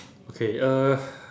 okay uh